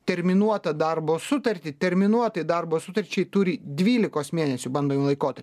terminuotą darbo sutartį terminuotai darbo sutarčiai turi dvylikos mėnesių bandojį laikotar